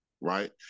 right